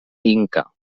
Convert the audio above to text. inca